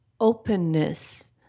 openness